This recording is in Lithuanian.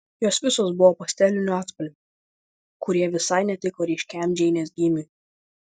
jos visos buvo pastelinių atspalvių kurie visai netiko ryškiam džeinės gymiui